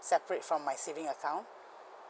separate from my saving account